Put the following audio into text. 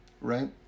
right